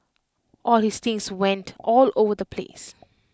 all his things went all over the place